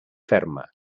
ferma